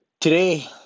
Today